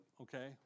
okay